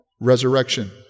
resurrection